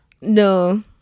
No